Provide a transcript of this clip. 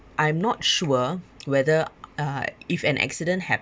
I'm not sure whether uh if an accident